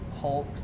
Hulk